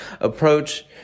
approach